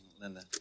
Linda